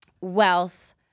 wealth